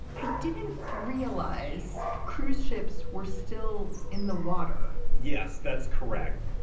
i didn't realize cruise ships were still in the water yes, that's correct